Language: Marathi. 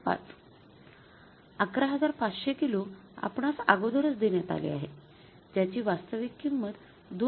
५ ११५०० किलो आपणास अगोदरच देण्यात आले आहे ज्याची वास्तविक किंमत २